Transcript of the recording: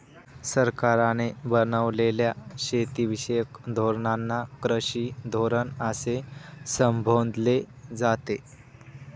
सरकारने बनवलेल्या शेतीविषयक धोरणांना कृषी धोरण असे संबोधले जाते